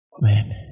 man